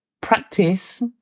practice